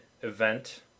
event